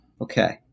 Okay